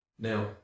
Now